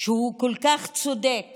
שהוא כל כך צודק